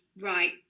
right